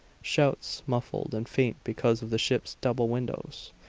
shouts, muffled and faint because of the ship's double windows,